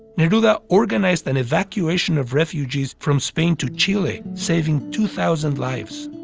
neruda organized an evacuation of refugees from spain to chile, saving two thousand lives.